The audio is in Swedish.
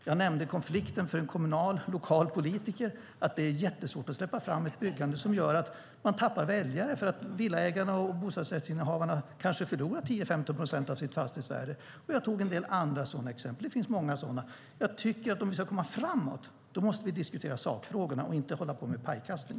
Jag nämnde konflikten för en kommunal lokal politiker, att det är jättesvårt att släppa fram ett byggande om det innebär att man tappar väljare för att villaägarna och bostadsrättsinnehavarna kanske förlorar 10-15 procent av fastighetsvärdet. Jag nämnde ytterligare några exempel. Det finns många. Om vi ska komma framåt måste vi diskutera sakfrågorna och inte hålla på med pajkastning.